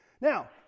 Now